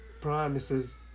Promises